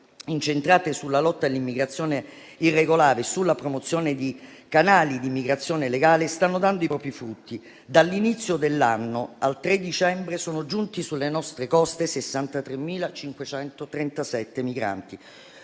incentrate sulla lotta all'immigrazione irregolare e sulla promozione di canali di immigrazione legale stanno dando i propri frutti. Dall'inizio dell'anno al 3 dicembre sono giunti sulle nostre coste 63.537 migranti,